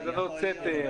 בהאזנות סתר.